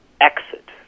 exit